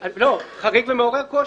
לא, חריג ומעורר קושי.